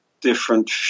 different